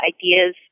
ideas